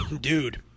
Dude